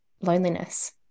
loneliness